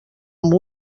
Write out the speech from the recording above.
amb